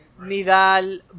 Nidal